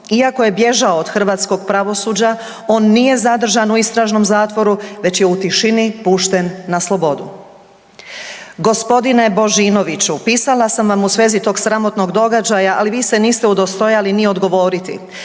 Iako je bježao od hrvatskog pravosuđa on nije zadržan u istražnom zatvoru, već je u tišini pušten na slobodu. Gospodine Božinoviću pisala sam vam u svezi tog sramotnog događaja, ali vi se niste udostojali ni odgovoriti.